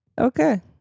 Okay